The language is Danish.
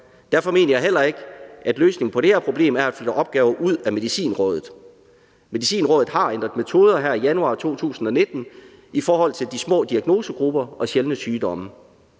derfor mener jeg heller ikke, at løsningen på det her problem er at flytte opgaver ud af Medicinrådet. Medicinrådet har ændret metoder her i januar 2019 i forhold til de små diagnosegrupper og sjældne sygdomme.